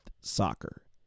soccer